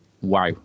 wow